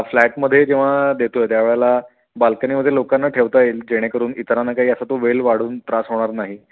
फ्लॅटमध्ये जेव्हा देतो आहे त्यावेळेला बाल्कनीमध्ये लोकांना ठेवता येईल जेणेकरून इतरांना काही असा तो वेल वाढून त्रास होणार नाही